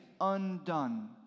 undone